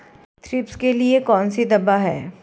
Thrips के लिए कौन सी दवा है?